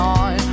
on